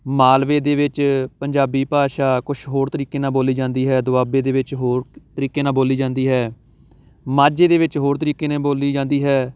ਮਾਲਵੇ ਦੇ ਵਿੱਚ ਪੰਜਾਬੀ ਭਾਸ਼ਾ ਕੁਛ ਹੋਰ ਤਰੀਕੇ ਨਾਲ ਬੋਲੀ ਜਾਂਦੀ ਹੈ ਦੁਆਬੇ ਦੇ ਵਿੱਚ ਹੋਰ ਤਰੀਕੇ ਨਾਲ ਬੋਲੀ ਜਾਂਦੀ ਹੈ ਮਾਝੇ ਦੇ ਵਿੱਚ ਹੋਰ ਤਰੀਕੇ ਨਾਲ ਬੋਲੀ ਜਾਂਦੀ ਹੈ